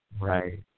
Right